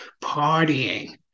partying